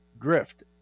drift